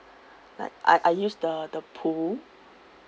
like I I used the the pool